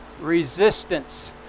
resistance